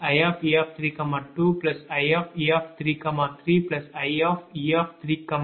I3k14ie3k ie31ie32ie33ie34